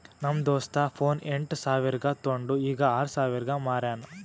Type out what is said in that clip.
ನಮ್ದು ದೋಸ್ತ ಫೋನ್ ಎಂಟ್ ಸಾವಿರ್ಗ ತೊಂಡು ಈಗ್ ಆರ್ ಸಾವಿರ್ಗ ಮಾರ್ಯಾನ್